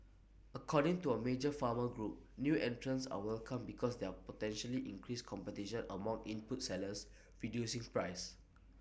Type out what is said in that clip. according to A major farmer group new entrants are welcome because they're potentially increase competition among input sellers reducing prices